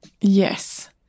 Yes